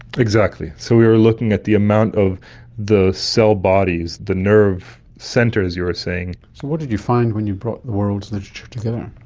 exactly. so we were looking at the amount of the cell bodies, the nerve centres, as you were saying. so what did you find when you brought the world's literature together?